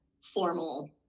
formal